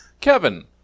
Kevin